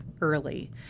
early